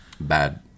bad